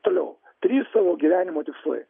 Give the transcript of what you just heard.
toliau trys tavo gyvenimo tikslui